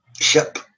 ship